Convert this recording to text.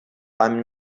beim